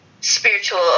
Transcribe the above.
spiritual